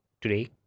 today